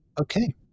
Okay